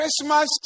Christmas